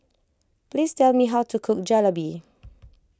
please tell me how to cook Jalebi